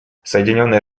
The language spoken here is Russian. соединенные